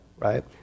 right